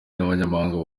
n’abanyamahanga